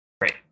Great